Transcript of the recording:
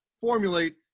formulate